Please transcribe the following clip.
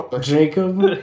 Jacob